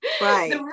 Right